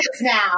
now